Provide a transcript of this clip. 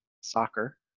soccer